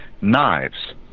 knives